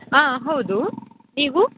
ಹಾಂ ಹೌದು ನೀವು